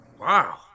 Wow